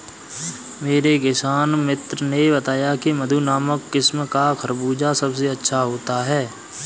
मेरे किसान मित्र ने बताया की मधु नामक किस्म का खरबूजा सबसे अच्छा होता है